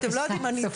רק ראיתי